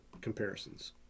comparisons